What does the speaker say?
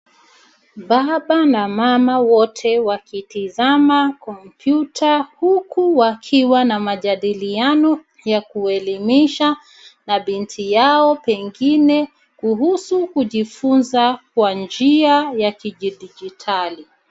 Baba na mama, wote wakitizama kompyuta huku wakiwa na majadiliano ya kuelimisha na binti yao pengine kuhusu kujifunza kwa njia ya kidijitali.